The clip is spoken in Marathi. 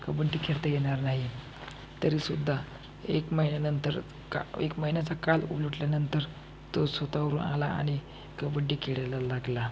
कबड्डी खेळता येणार नाही तरीसुद्धा एक महिन्यानंतर का एक महिन्याचा काळ उलटल्यानंतर तो स्वतःवरून आला आणि कबड्डी खेळायला लागला